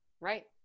Right